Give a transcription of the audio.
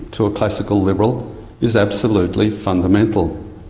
to a classical liberal, is absolutely fundamental.